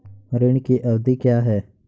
ऋण की अवधि क्या है?